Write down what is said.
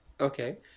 okay